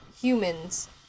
humans